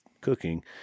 cooking